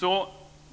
Så